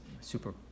super